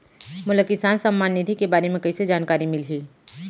मोला किसान सम्मान निधि के बारे म कइसे जानकारी मिलही?